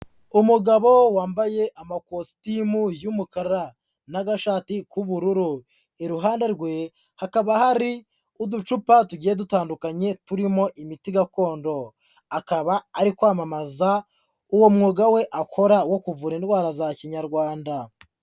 Umugabo wambaye amakositimu y'umukara n'agashati k'ubururu, iruhande rwe hakaba hari uducupa tugiye dutandukanye turimo imiti gakondo, akaba ari kwamamaza uwo mwuga we akora wo kuvura indwara za kinyarwanda.